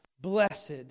Blessed